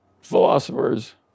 philosophers